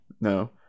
No